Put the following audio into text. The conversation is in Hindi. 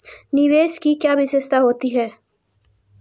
निवेश की क्या विशेषता होती है?